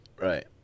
Right